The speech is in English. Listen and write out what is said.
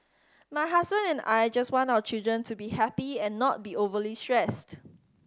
my husband and I just want our children to be happy and not be overly stressed